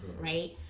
right